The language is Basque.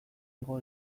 igo